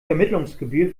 vermittlungsgebühr